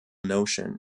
notion